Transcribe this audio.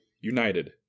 United